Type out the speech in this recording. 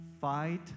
Fight